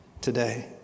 today